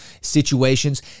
situations